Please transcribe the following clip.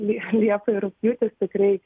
liepa ir rugpjūtis tikrai